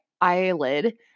eyelid